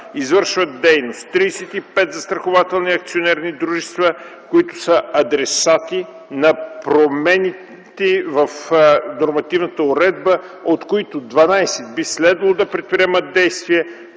извършват дейност 35 застрахователни акционерни дружества, които са адресати на промените в нормативната уредба, от които 12 би следвало да предприемат действия